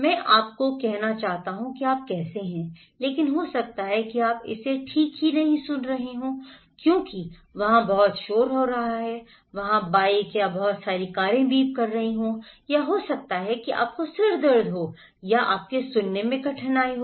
मैं आपको कहना चाहता हूं कि आप कैसे हैं लेकिन हो सकता है कि आप इसे ठीक से नहीं सुन रहे हों क्योंकि वहां बहुत शोर हो रहा है वहां बाइक या बहुत सारी कारें बीप कर रही हैं या हो सकता है कि आपको सिरदर्द हो या आपको सुनने में कठिनाई हो